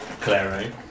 Claro